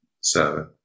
seven